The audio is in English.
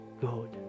good